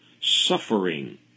suffering